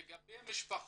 לגבי המשפחות,